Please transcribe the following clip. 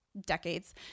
decades